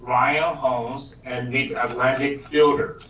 royal homes and the atlantic fielders.